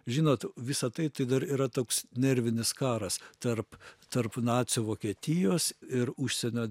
žinot visa tai tai dar yra toks nervinis karas tarp tarp nacių vokietijos ir užsienio